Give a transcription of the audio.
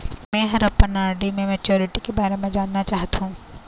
में ह अपन आर.डी के मैच्युरिटी के बारे में जानना चाहथों